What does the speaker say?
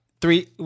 three